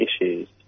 issues